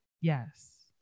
yes